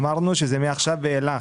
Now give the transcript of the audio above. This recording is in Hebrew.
אמרנו שזה מעכשיו ואילך,